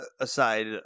aside